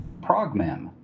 ProgMem